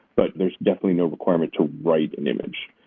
but there's definitely no requirement to write an image.